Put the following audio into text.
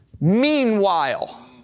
Meanwhile